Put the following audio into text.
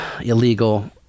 illegal